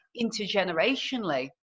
intergenerationally